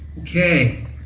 Okay